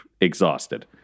exhausted